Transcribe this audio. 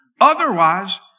Otherwise